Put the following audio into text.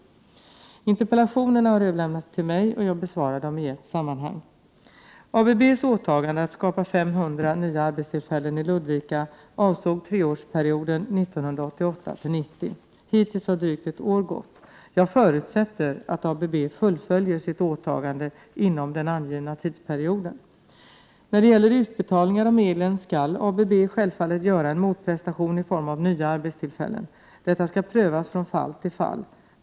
Interpellationerna har överlämnats till mig. Jag besvarar dem i ett sammanhang. ABB:s åtagande att skapa 500 nya arbetstillfällen i Ludvika avsåg treårsperioden 1988-1990. Hittills har drygt ett år gått. Jag förutsätter att ABB fullföljer sitt åtagande inom den angivna tidsperioden. När det gäller utbetalningar av medlen skall ABB självfallet göra en motprestation i form av nya arbetstillfällen. Detta skall prövas från fall till fall.